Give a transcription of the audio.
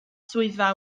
swyddfa